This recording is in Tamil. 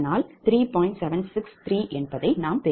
763